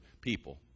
people